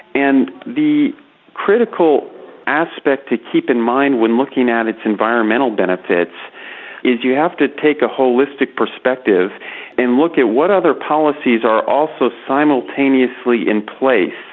and the critical aspect to keep in mind when looking at its environmental benefits is you have to take a holistic perspective and look at what other policies are also simultaneously in place.